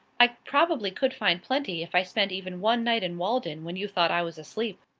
i probably could find plenty, if i spent even one night in walden when you thought i was asleep.